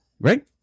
Right